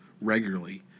regularly